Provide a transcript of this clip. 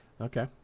Okay